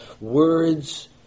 Words